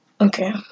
Okay